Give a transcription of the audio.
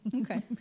Okay